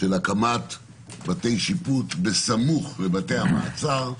של הקמת בתי שיפוט בסמוך לבתי המעצר.